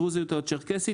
הדרוזית או הצ'רקסית,